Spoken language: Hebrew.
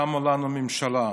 קמה לנו ממשלה,